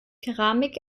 keramik